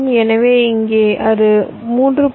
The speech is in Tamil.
எனவே இங்கே அது 3